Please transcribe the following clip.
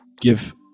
Give